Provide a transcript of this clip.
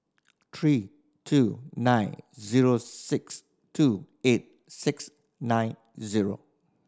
three two nine zero six two eight six nine zero